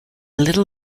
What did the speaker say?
little